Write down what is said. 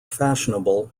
fashionable